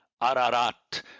ararat